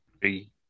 Three